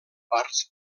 parts